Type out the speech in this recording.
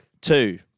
Two